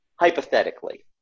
Hypothetically